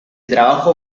trabajo